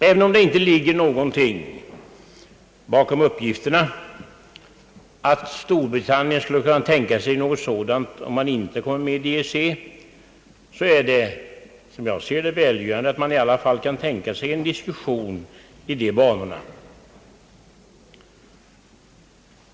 även om det inte ligger någonting bakom uppgifterna att Storbritannien skulle kunna tänka sig något sådant om England inte kommer med i EEC är det, som jag ser det, välgörande att man i alla fall kan tänka sig att diskutera i dessa banor.